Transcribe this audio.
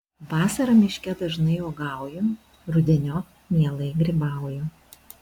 vasarą miške dažnai uogauju rudeniop mielai grybauju